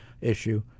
issue